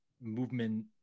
movement